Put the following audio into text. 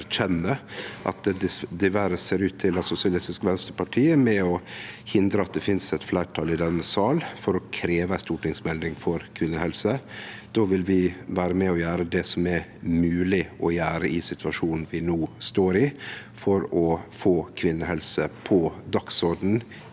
erkjenner at det diverre ser ut til at Sosialistisk Venstreparti er med og hindrar at det finst eit fleirtal i denne sal for å krevje ei stortingsmelding for kvinnehelse. Då vil vi vere med og gjere det som er mogleg å gjere i situasjonen vi no står i, for å få kvinnehelse på dagsordenen